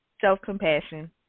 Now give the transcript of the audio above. self-compassion